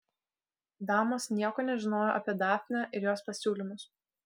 damos nieko nežinojo apie dafnę ir jos pasiūlymus